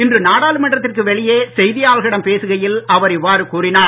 இன்று நாடாளுமன்றத்திற்கு வெளியே செய்தியாளர்களிடம் பேசுகையில் அவர் இவ்வாறு கூறினார்